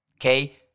Okay